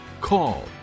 call